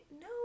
no